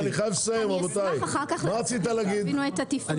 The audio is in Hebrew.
אני אשמח אחר כך להסביר, שתבינו את התפעוליות.